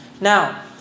Now